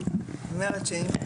היא אומרת שאם,